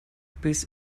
biss